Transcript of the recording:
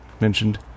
mentioned